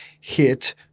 hit